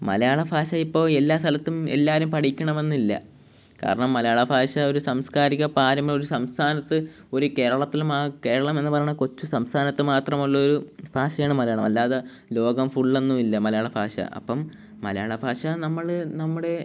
മലയാള ഭാഷ ഇപ്പോൾ എല്ലാ സ്ഥലത്തും എല്ലാവരും പഠിക്കണമെന്നില്ല കാരണം മലയാള ഭാഷ ഒരു സംസ്കാരിക പാരമ്പര്യ ഒരു സംസ്ഥാനത്ത് ഒരു കേരളത്തിലും കേരളമെന്ന് പറയുന്ന കൊച്ചു സംസ്ഥാനത്ത് മാത്രമുള്ളൊരു ഭാഷയാണ് മലയാളം അല്ലാതെ ലോകം ഫുള്ളൊന്നും ഇല്ല മലയാള ഭാഷ അപ്പം മലയാള ഭാഷ നമ്മൾ നമ്മുടെ